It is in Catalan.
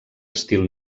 estil